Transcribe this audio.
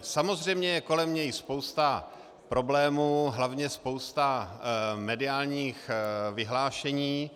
Samozřejmě je kolem něj spousta problémů, hlavně spousta mediálních vyhlášení.